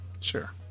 Sure